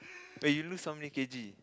wait you lose how many k_g